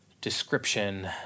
description